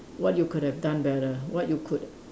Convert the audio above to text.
what you could have done better what you could